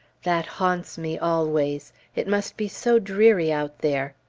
that haunts me always it must be so dreary out there!